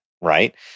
right